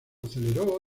aceleró